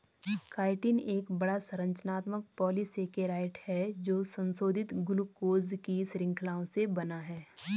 chitin एक बड़ा, संरचनात्मक पॉलीसेकेराइड है जो संशोधित ग्लूकोज की श्रृंखलाओं से बना है